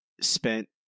spent